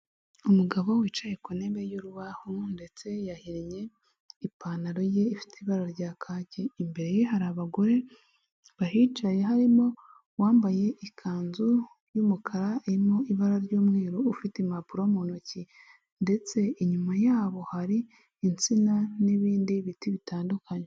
Umugabo wicaye ku ntebe y'urubaho ndetse yahinye ipantaro ye ifite ibara rya kaki, imbere ye hari abagore bahicaye harimo uwambaye ikanzu y'umukara, irimo ibara ry'umweru ufite impapuro mu ntoki, ndetse inyuma yabo hari itsina n'ibindi biti bitandukanye.